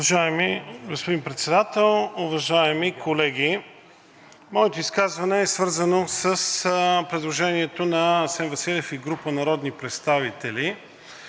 Уважаеми господин Председател, уважаеми колеги! Моето изказване е свързано с предложението на Асен Василев и група народни представители,